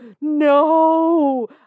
no